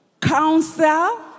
Counsel